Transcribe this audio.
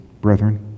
brethren